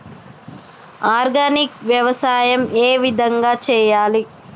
Organic వ్యవసాయం ఏ విధంగా చేయాలి?